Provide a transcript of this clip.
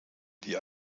die